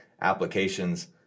applications